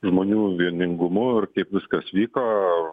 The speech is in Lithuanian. žmonių vieningumu ir kaip viskas vyko